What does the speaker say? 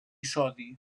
sodi